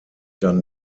dann